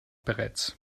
bereits